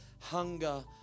hunger